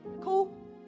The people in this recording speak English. Cool